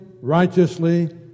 righteously